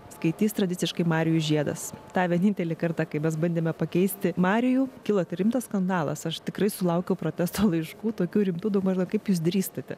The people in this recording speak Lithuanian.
skaitys tradiciškai marijus žiedas tą vienintelį kartą kai mes bandėme pakeisti marijų kilo rimtas skandalas aš tikrai sulaukiau protesto laiškų tokių rimtų daug maždaug kaip jūs drįstate